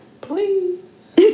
please